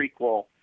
prequel